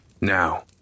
Now